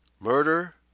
Murder